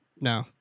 no